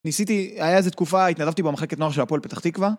ניסיתי, היה איזה תקופה, התנדבתי במחלקת נוער של הפועל פתח תקווה.